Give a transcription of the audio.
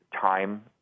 time